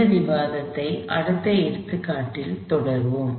இந்த விவாதத்தை அடுத்த எடுத்துக்காட்டில் தொடர்வோம்